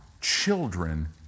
Children